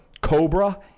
Cobra